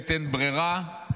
למלחמת אין-ברירה.